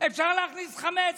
אפשר להכניס חמץ.